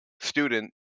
student